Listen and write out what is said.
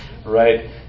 Right